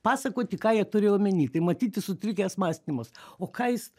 pasakoti ką jie turi omeny tai matyti sutrikęs mąstymas o ką jis